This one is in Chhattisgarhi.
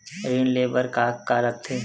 ऋण ले बर का का लगथे?